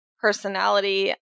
personality